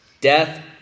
Death